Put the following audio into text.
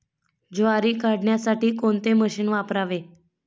ज्वारी काढण्यासाठी कोणते मशीन वापरावे?